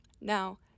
Now